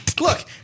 Look